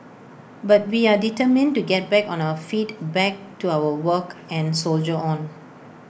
but we are determined to get back on our feet back to our work and soldier on